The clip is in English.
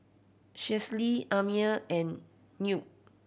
Schley Amir and Newt